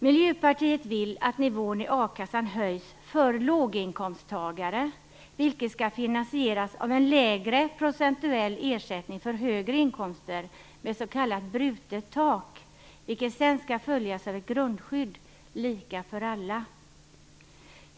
Miljöpartiet vill att nivån i a-kassan höjs för låginkomsttagare, vilket skall finansieras av en lägre procentuell ersättning för högre inkomster, ett s.k. brutet tak, vilket sedan skall följas av ett grundskydd, lika för alla.